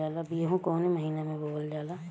गेहूँ कवने महीना में बोवल जाला?